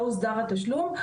לא הוסדר התשלום,